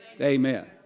Amen